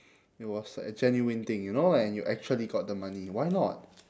it was a genuine thing you know and you actually got the money why not